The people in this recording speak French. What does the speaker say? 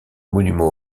monument